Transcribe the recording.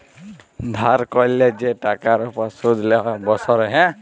ধার ক্যরলে যে টাকার উপর শুধ লেই বসরে